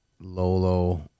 Lolo